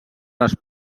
les